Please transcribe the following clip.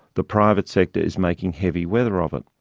the private sector is making heavy weather of it.